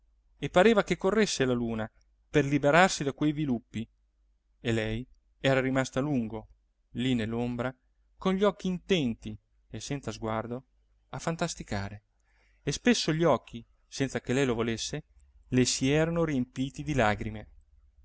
e pareva che corresse la luna per liberarsi da quei viluppi e lei era rimasta a lungo lì nell'ombra con gli occhi intenti e senza sguardo a fantasticare e spesso gli occhi senza che lei lo volesse le si erano riempiti di lagrime